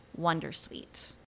Wondersuite